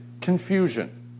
Confusion